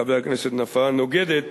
חבר הכנסת נפאע, נוגדת